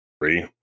three